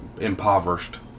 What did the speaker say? impoverished